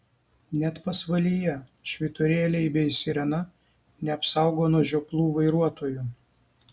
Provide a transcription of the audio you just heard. net pasvalyje švyturėliai bei sirena neapsaugo nuo žioplų vairuotojų